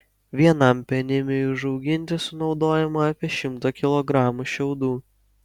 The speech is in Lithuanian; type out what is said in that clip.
vienam penimiui išauginti sunaudojama apie šimtą kilogramų šiaudų